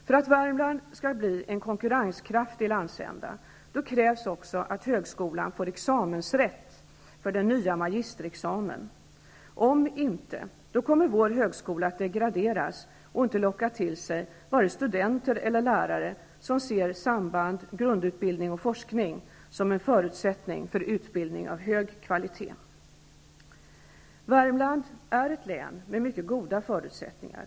För att Värmland skall bli en konkurrenskraftig landsända krävs också att högskolan får examensrätt för den nya magisterexamen. Om det inte blir så, kommer vår högskola att degraderas och inte locka till sig vare sig studenter eller lärare som ser sambandet grundutbildning--forskning som en förutsättning för utbildning av hög kvalitet. Värmland är ett län med mycket goda förutsättningar.